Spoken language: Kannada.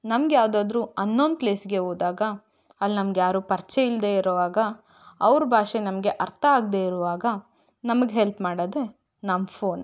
ನಮಗೆ ಯಾವುದಾದ್ರೂ ಅನ್ನೋನ್ ಪ್ಲೇಸ್ಗೆ ಹೋದಾಗ ಅಲ್ಲಿ ನಮಗ್ಯಾರೂ ಪರಿಚಯ ಇಲ್ಲದೆ ಇರುವಾಗ ಅವರ ಭಾಷೆ ನಮಗೆ ಅರ್ಥ ಆಗದೆ ಇರುವಾಗ ನಮಗೆ ಹೆಲ್ಪ್ ಮಾಡೋದೇ ನಮ್ಮ ಫೋನ್